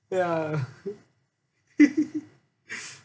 ya